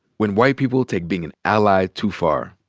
when white people take being an ally too far.